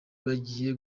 bagiye